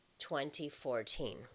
2014